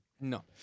No